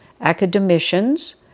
academicians